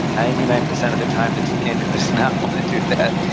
ninety nine percent of the time, the teenager does not want to do that,